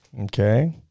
Okay